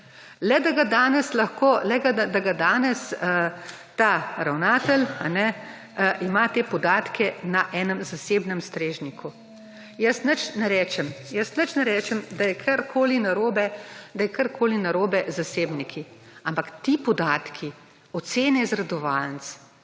že danes ga lahko napiše, le da danes ta ravnatelj ima te podatke na enem zasebnem strežniku. Jaz nič ne rečem, da je karkoli narobe z zasebniki, ampak ti podatki, ocene iz redovalnic,